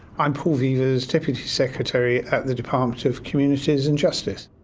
i'm paul vevers, deputy secretary at the department of communities and justice.